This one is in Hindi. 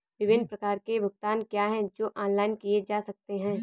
विभिन्न प्रकार के भुगतान क्या हैं जो ऑनलाइन किए जा सकते हैं?